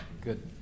Good